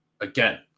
again